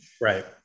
Right